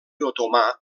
otomà